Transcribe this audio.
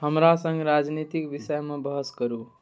हमरा सङ्ग राजनितिक विषयमे बहस करू